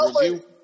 review